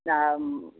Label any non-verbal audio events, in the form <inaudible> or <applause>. <unintelligible>